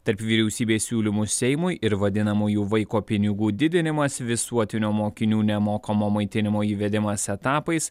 tarp vyriausybės siūlymų seimui ir vadinamųjų vaiko pinigų didinimas visuotinio mokinių nemokamo maitinimo įvedimas etapais